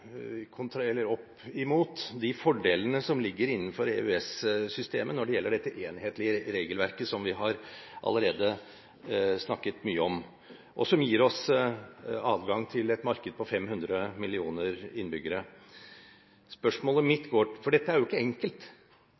jo opp imot de fordelene som ligger innenfor EØS-systemet når det gjelder dette enhetlige regelverket som vi allerede har snakket mye om, og som gir oss adgang til et marked på 500 millioner innbyggere. Dette er jo ikke enkelt.